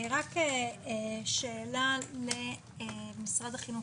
שאלה למשרד החינוך,